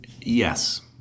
yes